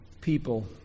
people